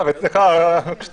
לי.